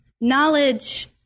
knowledge